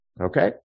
Okay